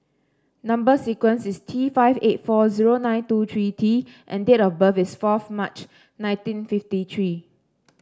number sequence is T five eight four zero nine two three T and date of birth is fourth March nineteen fifty three